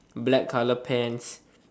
black colour pants